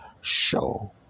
show